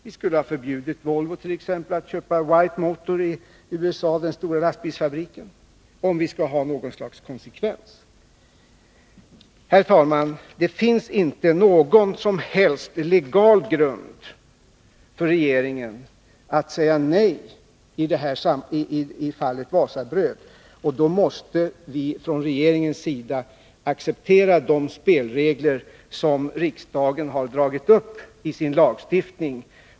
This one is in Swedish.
Vi skulle då t.ex. ha förbjudit Volvo att köpa White Motors, den stora lastbilsfabriken i USA, om vi skall ha något slags konsekvens. Herr talman! Det finns inte någon som helst legal grund för regeringen att säga nej i fallet Wasabröd, och då måste vi från regeringens sida acceptera de spelregler som riksdagen har dragit upp i sin lagstiftning.